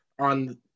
on